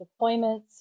deployments